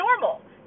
normal